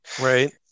right